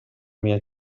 mia